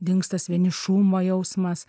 dings tas vienišumo jausmas